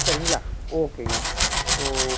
சரிங்களா ஓகேங்க ஓ